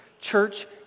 church